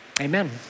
Amen